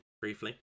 briefly